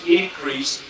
increase